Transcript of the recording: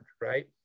right